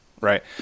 right